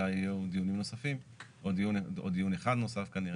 אלא יהיו עוד דיונים נוספים או דיון אחד נוסף כנראה.